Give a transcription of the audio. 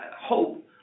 hope